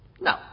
No